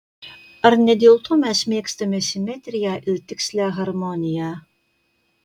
ar ne dėl to mes mėgstame simetriją ir tikslią harmoniją